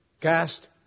cast